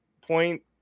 point